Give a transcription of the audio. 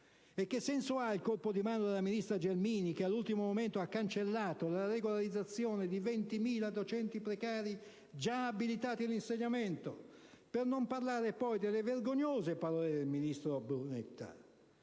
E che senso ha il colpo di mano della ministra Gelmini che all'ultimo momento ha cancellato la regolarizzazione di 20.000 docenti precari già abilitati all'insegnamento? Per non parlare poi delle vergognose parole pronunciate dal ministro Brunetta